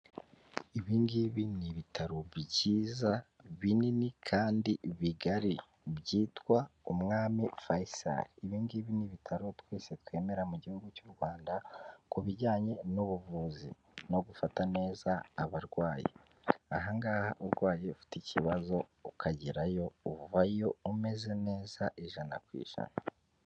Ibi ngibi ni ibitaro byiza binini kandi bigari byitwa umwami fayisari, ibi ngibi ni ibitaro twese twemera mu gihugu cyu Rwanda ku bijyanye n'ubuvuzi no gufata neza abarwayi, aha ngaha urwaye ufite ikibazo ukagerayo uvayo umeze neza ijana ku ijana.